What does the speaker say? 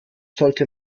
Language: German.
sollte